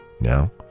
Now